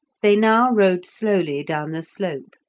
they now rode slowly down the slope,